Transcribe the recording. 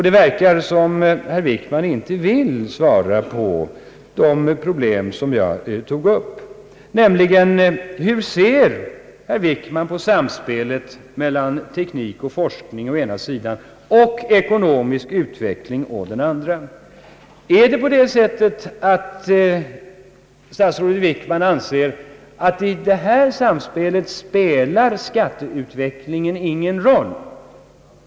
Det verkar som om herr Wickman inte vill svara på de problem som jag tog upp, nämligen hur herr Wickman ser på samspelet mellan teknik och forskning å den ena sidan och ekonomisk utveckling å den andra. Anser statsrådet Wickman att skatteutvecklingen i detta samspel inte har någon betydelse?